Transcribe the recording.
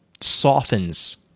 softens